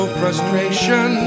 frustration